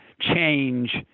change